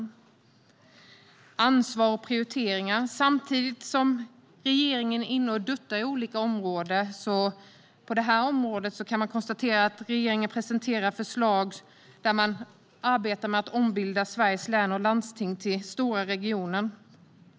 När det gäller ansvar och prioriteringar kan vi konstatera att regeringen är inne och duttar på olika områden, som detta, samtidigt som man presenterar förslag där man arbetar med att ombilda Sveriges län och landsting till stora regioner.